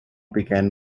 began